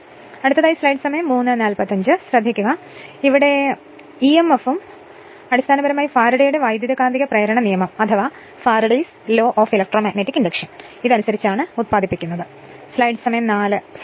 ഇപ്പോൾ ഇതാണ് ഞാൻ പറയുന്നത് ഇതും ഇഎംഎഫും കർശനമായി അടിസ്ഥാനപരമായി ഫാരഡെയുടെ വൈദ്യുതകാന്തിക പ്രേരണ നിയമം Faraday's law of electromagnetic induction അനുസരിച്ചാണ് ഉത്പാദിപ്പിക്കുന്നത് എന്ന്